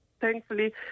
thankfully